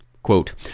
Quote